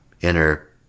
inner